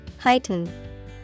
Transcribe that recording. Heighten